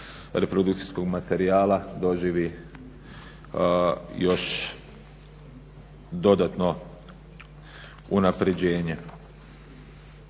reprodukcijskog materijala doživi još dodatno unaprjeđenje.